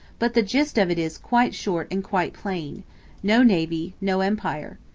but the gist of it is quite short and quite plain no navy, no empire.